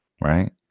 right